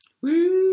woo